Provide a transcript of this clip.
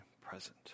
present